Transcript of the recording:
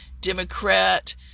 Democrat